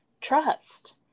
trust